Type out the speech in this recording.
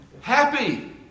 happy